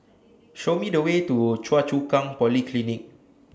Show Me The Way to Choa Chu Kang Polyclinic